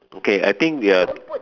okay I think we are